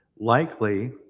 likely